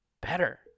better